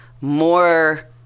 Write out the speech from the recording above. more